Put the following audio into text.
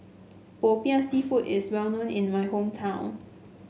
Popiah seafood is well known in my hometown